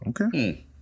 Okay